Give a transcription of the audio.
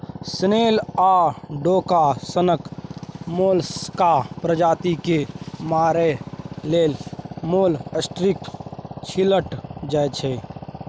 snail आ डोका सनक मोलस्का प्रजाति केँ मारय लेल मोलस्कीसाइड छीटल जाइ छै